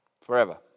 forever